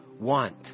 want